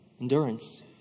endurance